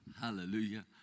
Hallelujah